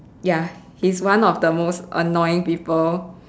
ya he is one of the most annoying people